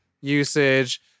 usage